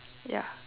ya